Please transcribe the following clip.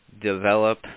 develop